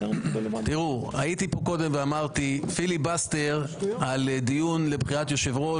הייתי פה קודם ואמרתי: פיליבסטר על דיון לבחירת יושב-ראש,